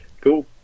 cool